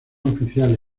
oficial